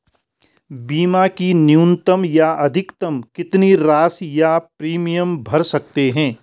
बीमा की न्यूनतम या अधिकतम कितनी राशि या प्रीमियम भर सकते हैं?